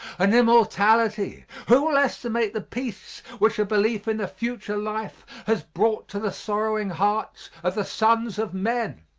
and immortality! who will estimate the peace which a belief in a future life has brought to the sorrowing hearts of the sons of men?